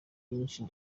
twinshi